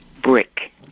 Brick